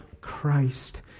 Christ